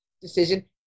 decision